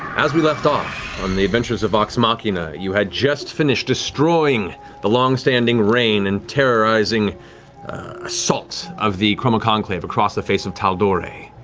as we left off on the adventures of vox machina, you had just finished destroying the long-standing reign and terrorizing assault of the chroma conclave across the face of tal'dorei.